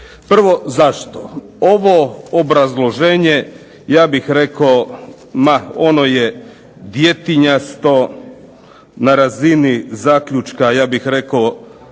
Prvo zašto? Ovo obrazloženje ja bih rekao ma ono je djetinjasto. Na razini zaključka ja bih rekao